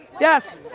yes!